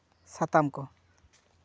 ᱥᱟᱛᱟᱢ ᱠᱚ